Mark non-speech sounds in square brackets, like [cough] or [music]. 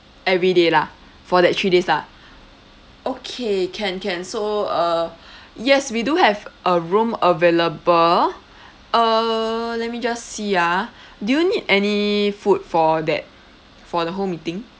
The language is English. every day lah for that three days lah okay can can so uh [breath] yes we do have a room available uh let me just see ah do you need any food for that for the whole meeting